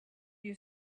you